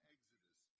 Exodus